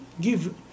give